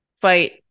fight